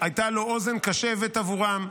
הייתה לו אוזן קשבת עבורם.